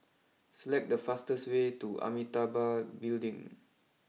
select the fastest way to Amitabha Building